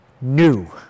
new